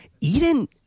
Eden